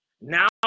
Now